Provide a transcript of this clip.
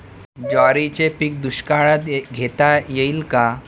ज्वारीचे पीक दुष्काळात घेता येईल का?